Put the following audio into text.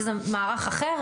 איזה מערך אחר?